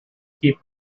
keep